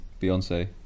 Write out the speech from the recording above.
Beyonce